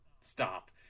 Stop